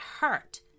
hurt